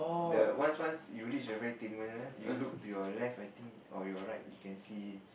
the once once you reach the ferry terminal you look to your left I think or your right you can see